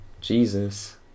jesus